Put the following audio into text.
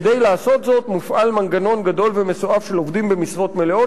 כדי לעשות זאת מופעל מנגנון גדול ומסועף של עובדים במשרות מלאות,